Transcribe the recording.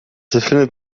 befindet